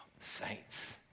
saints